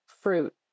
fruit